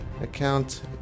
account